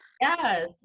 Yes